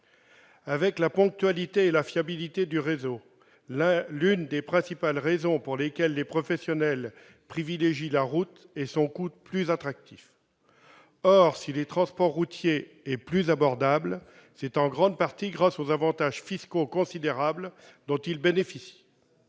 Avec la ponctualité et la fiabilité du réseau, l'une des principales raisons pour lesquelles les professionnels privilégient la route est son coût plus attractif. Or, si le transport routier est plus abordable, c'est en grande partie grâce aux avantages fiscaux considérables dont il bénéficie